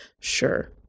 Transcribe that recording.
Sure